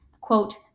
quote